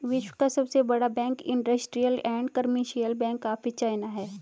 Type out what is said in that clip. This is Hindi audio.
विश्व का सबसे बड़ा bank industrial and commercial bank of China है